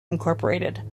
incorporated